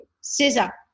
Scissor